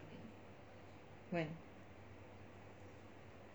when